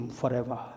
forever